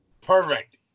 Perfect